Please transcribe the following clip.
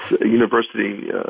university